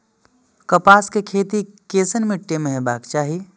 कपास के खेती केसन मीट्टी में हेबाक चाही?